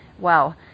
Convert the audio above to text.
Wow